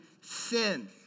sin